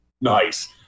nice